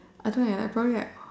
I don't know I was probably like